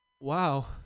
Wow